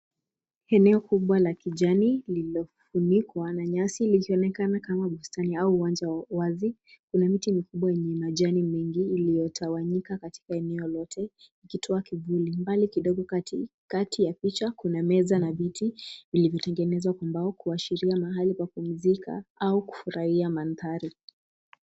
Eneo kubwa la kijani lililofunikwa na nyasi likionekana kama bustani au uwanja wa wazi. Kuna miti mikubwa yenye majani mengi iliyotawanyika katika eneo lote ikitoa kivuli. Mbali kidogo katikati ya picha kuna meza na viti vilivyotengenezwa kwa mbao kuashiria mahali pa kupumzika au kufurahia mandhari.